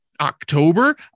October